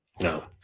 No